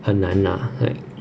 很难啦对